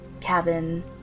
cabin